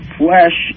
flesh